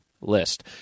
List